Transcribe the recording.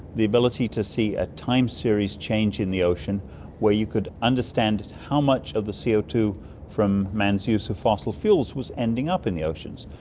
the ability to see a time series change in the ocean where you could understand how much of the co ah two from man's use of fossils fuels was ending up in the oceans.